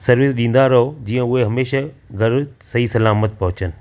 service ॾींदा रहो जीअं उहे हमेशह घरु सही सलामत पहुचनि